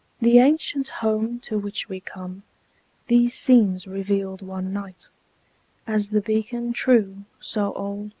the ancient home to which we come these scenes revealed one night as the beacon true, so old,